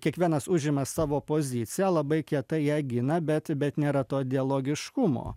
kiekvienas užima savo poziciją labai kietai ją gina bet bet nėra to dialogiškumo